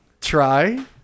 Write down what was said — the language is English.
try